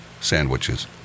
sandwiches